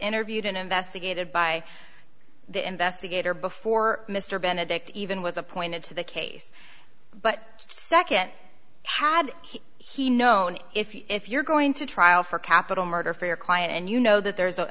interviewed and investigated by the investigator before mr benedict even was appointed to the case but second had he known if you're going to trial for capital murder for your client and you know that there's a